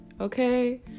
Okay